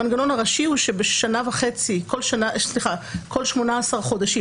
המנגנון הראשי הוא שכל 18 חודשים,